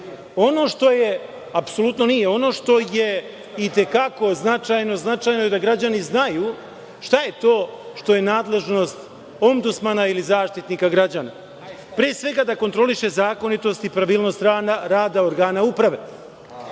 njegovoj nadležnosti? Ono što je i te kako značajno, značajno je da građani znaju šta je to što je nadležnost ombudsmana ili Zaštitnika građana. Pre svega, da kontroliše zakonitost i pravilnost rada organa uprave.